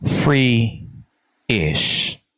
free-ish